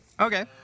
Okay